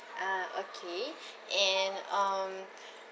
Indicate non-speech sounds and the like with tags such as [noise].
ah okay [breath] and um [breath]